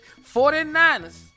49ers